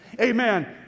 amen